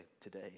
today